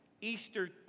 Easter